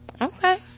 Okay